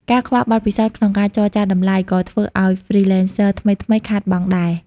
ការខ្វះបទពិសោធន៍ក្នុងការចរចាតម្លៃ ក៏ធ្វើឱ្យ Freelancers ថ្មីៗខាតបង់ដែរ។